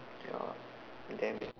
ya damn me